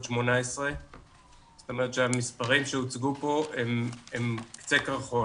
18. זאת אומרת שהמספרים שהוצגו פה הם קצה קרחון.